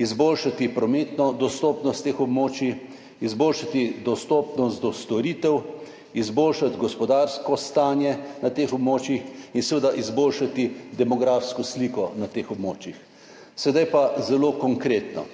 izboljšati prometno dostopnost teh območij, izboljšati dostopnost do storitev, izboljšati gospodarsko stanje na teh območjih in seveda izboljšati demografsko sliko na teh območjih. Sedaj pa zelo konkretno.